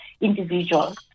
individuals